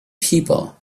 people